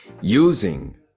using